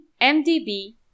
MDB